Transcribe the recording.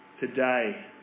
Today